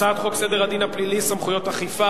הצעת חוק סדר הדין הפלילי (סמכויות אכיפה,